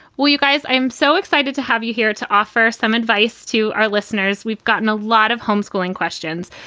well, you guys, i'm so excited to have you here to offer some advice to our listeners. we've gotten a lot of homeschooling questions.